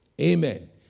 Amen